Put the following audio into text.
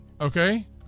Okay